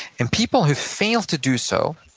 and people who fail to do so,